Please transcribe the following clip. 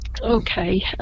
okay